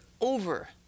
over